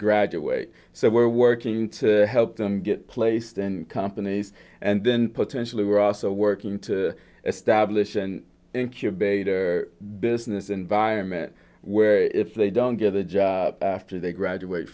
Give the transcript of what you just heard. graduate so we're working to help them get placed in companies and then potentially we're also working to establish an incubator business environment where if they don't get a job after they graduate